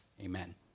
Amen